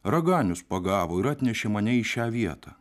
raganius pagavo ir atnešė mane į šią vietą